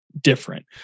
different